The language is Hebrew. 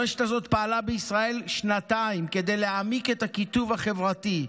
הרשת הזאת פעלה בישראל שנתיים כדי להעמיק את הקיטוב החברתי,